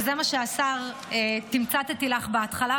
זה מה שתמצתי בהתחלה,